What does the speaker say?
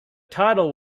title